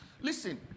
listen